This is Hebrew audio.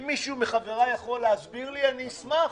אם מישהו מחבריי יכול להסביר לי, אני אשמח.